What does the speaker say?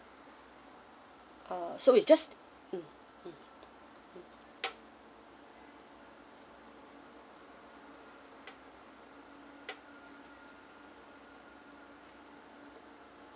uh it's just mm mm